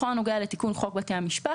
בכל הנוגע לתיקון חוק בתי המשפט,